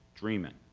dreaming.